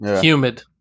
Humid